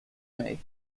may